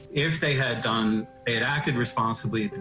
if they had done, they had acted responsibly,